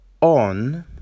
on